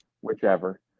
whichever